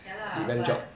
ya lah but